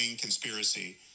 conspiracy